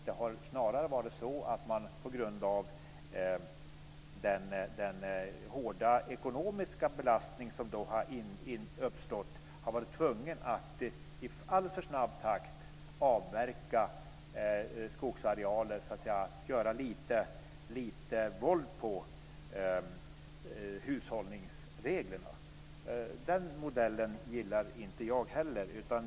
Det har snarare varit så att man på grund av den hårda ekonomiska belastning som då har uppstått varit tvungen att i alltför snabb takt avverka skogsarealer och göra lite våld på hushållningsreglerna. Den modellen gillar inte jag heller.